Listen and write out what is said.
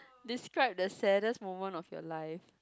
describe the saddest moment of your life